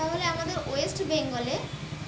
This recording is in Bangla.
তাহলে আমাদের ওয়েস্ট বেঙ্গলে